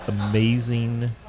amazing